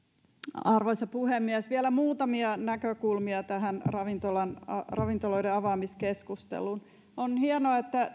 arvoisa puhemies vielä muutamia näkökulmia tähän ravintoloiden avaamiskeskusteluun on hienoa että